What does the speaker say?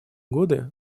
годы